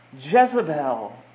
Jezebel